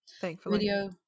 thankfully